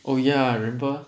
oh ya I remember